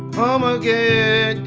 home again